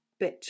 bitch